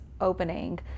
opening